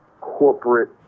corporate